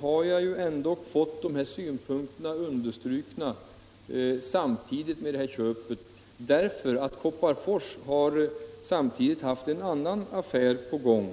har ändå aktualiserats i samband med detta köp. Kopparfors har samtidigt haft en annan affär på gång.